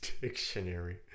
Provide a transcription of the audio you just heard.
Dictionary